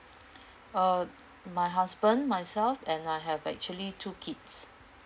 uh my husband myself and I have actually two kids